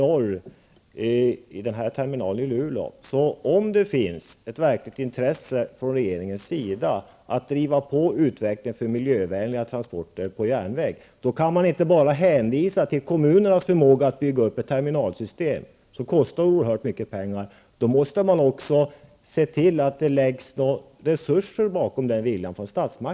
Om det finns ett verkligt intresse hos regeringen att driva på utvecklingen för miljövänliga transporter på järnväg, kan man inte bara hänvisa till kommunernas förmåga att bygga upp ett terminalsystem som kostar oerhört mycket pengar. Man måste också se till att statsmakterna satsar resurser för att visa att det ligger någonting bakom den viljan.